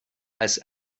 als